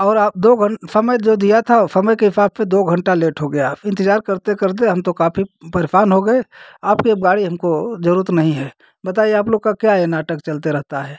और आप दो घन समय जो दिया था समय की हिसाब से दो घंटा लेट हो गया इंतजार करते करते हम तो काफी परेसान हो गए आपके अब गाड़ी हमको जरूरत नहीं है बताइए आप लोग का क्या यह नाटक चलते रहता है